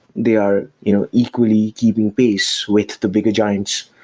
they are you know equally keeping pace with the bigger giants.